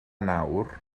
nawr